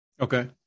Okay